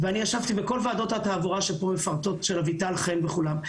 ואני ישבתי בכל ועדות התעבורה של אביטל חן וכולם,